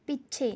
ਪਿੱਛੇ